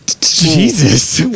Jesus